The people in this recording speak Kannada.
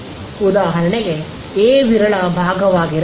ಉದಾಹರಣೆಗೆ ಎ ವಿರಳ ಭಾಗವಾಗಿರಬಹುದು